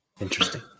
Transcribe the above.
Interesting